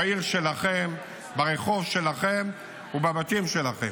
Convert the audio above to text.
בעיר שלכם, ברחוב שלכם ובבתים שלכם.